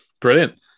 Brilliant